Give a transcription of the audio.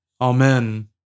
Amen